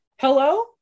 Hello